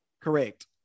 Correct